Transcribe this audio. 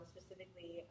Specifically